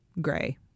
gray